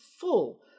full